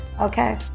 Okay